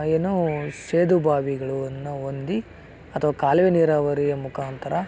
ಏನು ಸೇದು ಬಾವಿಗಳನ್ನ ಹೊಂದಿ ಅಥವಾ ಕಾಲುವೆ ನೀರಾವರಿಯ ಮುಖಾಂತರ